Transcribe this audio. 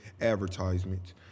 advertisements